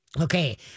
Okay